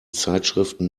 zeitschriften